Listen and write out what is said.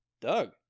Doug